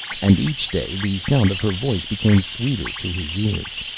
and each day the sound of her voice became sweeter to his ears.